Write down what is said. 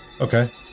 Okay